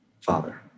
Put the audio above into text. Father